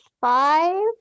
five